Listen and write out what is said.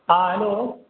ہاں ہیلو